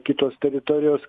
kitos teritorijos